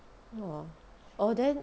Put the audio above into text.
!wah! orh then